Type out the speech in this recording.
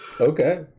Okay